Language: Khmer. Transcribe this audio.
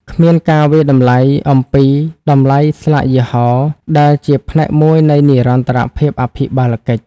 គ្មានការវាយតម្លៃអំពី "តម្លៃស្លាកយីហោ" ដែលជាផ្នែកមួយនៃនិរន្តរភាពអភិបាលកិច្ច។